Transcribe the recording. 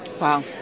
Wow